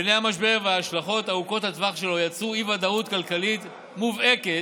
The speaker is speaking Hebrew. מאפייני המשבר והשלכות ארוכות הטווח שלו יצרו אי-ודאות כלכלית מובהקת.